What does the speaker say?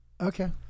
Okay